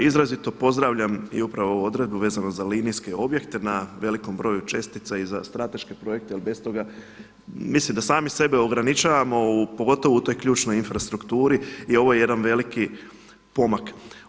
Izrazito pozdravljam i upravo ovu odredbu vezano za linijske objekte na velikom broju čestica i za strateške projekte jer bez toga, mislim da sami sebe ograničavamo pogotovo u toj ključnoj infrastrukturi i ovo je jedan veliki pomak.